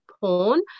porn